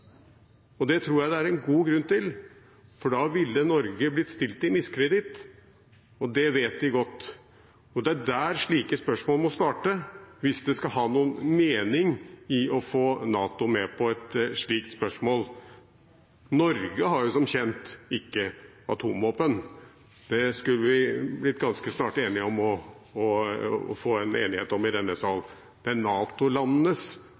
Det tror jeg det er en god grunn til, for da ville Norge blitt stilt i miskreditt, og det vet de godt. Det er der slike spørsmål må starte hvis det skal ha noen mening i å få NATO med på et slikt spørsmål. Norge har jo som kjent ikke atomvåpen. Det skulle vi blitt ganske snart enige om i denne sal. Det er NATO-landenes atomvåpen vi diskuterer, og det er det som er balansen i